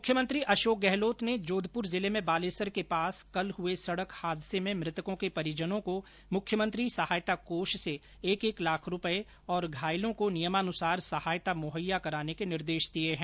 मुख्यमंत्री अशोक गहलोत ने जोधपुर जिले में बालेसर के पास कल हुए सड़क हादसे में मृतकों के परिजनों को मुख्यमंत्री सहायता कोष से एक एक लाख रुपये और घायलों को नियमानुसार सहायता मुहैया कराने के निर्देश दिये है